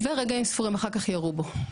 ורגעים ספורים אחר כך ירו בו.